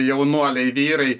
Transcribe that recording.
jaunuoliai vyrai